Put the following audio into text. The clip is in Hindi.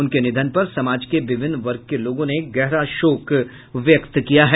उनके निधन पर समाज के विभिन्न वर्ग के लोगों ने गहरा शोक व्यक्त किया है